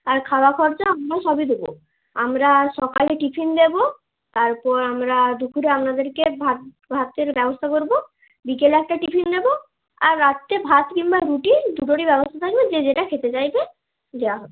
আর খাওয়া খরচা আমরা সবই দেবো আমরা সকালে টিফিন দেবো তারপর আমরা দুপুরে আপনাদেরকে ভাত ভাতের ব্যবস্থা করবো বিকেলে একটা টিফিন দেবো আর রাত্রে ভাত কিংবা রুটি দুটোরই ব্যবস্থা থাকবে যে যেটা খেতে চাইবে দেওয়া হবে